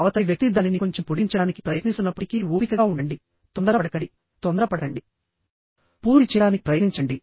అవతలి వ్యక్తి దానిని కొంచెం పొడిగించడానికి ప్రయత్నిస్తున్నప్పటికీ ఓపికగా ఉండండితొందరపడకండితొందరపడకండి దాన్ని తొందరగా పూర్తి చేయడానికి ప్రయత్నించకండి